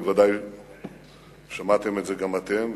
ובוודאי שמעתם את זה גם אתם,